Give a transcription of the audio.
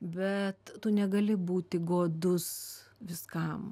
bet tu negali būti godus viskam